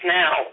now